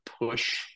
push